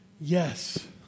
yes